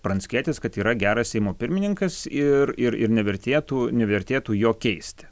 pranckietis kad yra geras seimo pirmininkas ir ir ir nevertėtų nevertėtų jo keisti